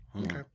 Okay